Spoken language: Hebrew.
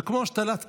זה כמו השתלת כליה,